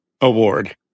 Award